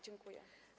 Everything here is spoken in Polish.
Dziękuję.